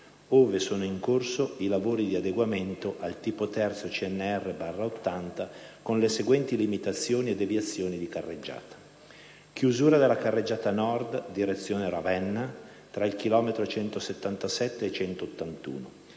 ove sono in corso i lavori di adeguamento al tipo IIICNR/80 con le seguenti limitazioni/deviazioni di carreggiata: chiusura della carreggiata nord (direzione Ravenna) tra il chilometro 177+300